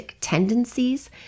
tendencies